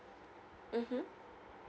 mmhmm